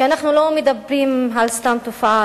כי אנחנו לא מדברים על סתם תופעה,